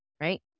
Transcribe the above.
Right